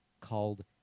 called